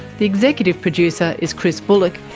the executive producer is chris bullock,